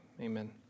Amen